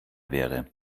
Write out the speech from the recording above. wäre